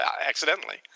accidentally